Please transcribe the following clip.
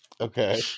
Okay